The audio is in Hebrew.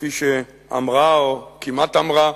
כפי שאמרה, או כמעט אמרה,